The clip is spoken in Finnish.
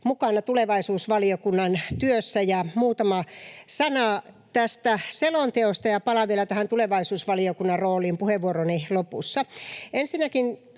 mukana tulevaisuusvaliokunnan työssä, ja muutama sana tästä selonteosta. Palaan vielä tähän tulevaisuusvaliokunnan rooliin puheenvuoroni lopussa.